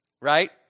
right